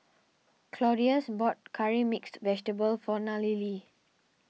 Claudius bought Curry Mixed Vegetable for Nallely